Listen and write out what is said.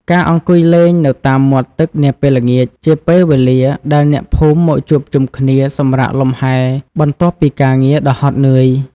ការអង្គុយលេងនៅតាមមាត់ទឹកនាពេលល្ងាច ជាពេលវេលាដែលអ្នកភូមិមកជួបជុំគ្នាសម្រាកលំហែបន្ទាប់ពីការងារដ៏ហត់នឿយ។